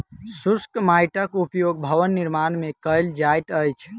शुष्क माइटक उपयोग भवन निर्माण मे कयल जाइत अछि